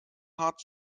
hart